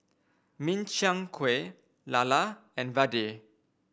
Min Chiang Kueh Lala and Vadai